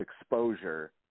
exposure